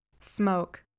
Smoke